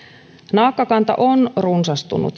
naakkakanta on runsastunut